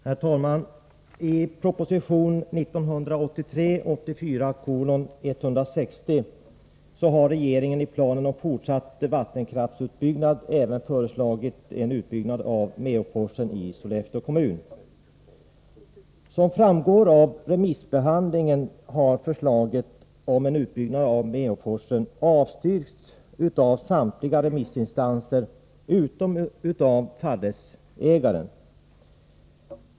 Herr talman! I proposition 1983/84:160 har regeringen, i planen för fortsatt vattenkraftsutbyggnad, även föreslagit en utbyggnad av Meåforsen i Sollefteå kommun. Som framgår av remissbehandlingen har förslaget om en utbyggnad av Meåforsen avstyrkts av samtliga remissinstanser, utom av fallrättsägaren.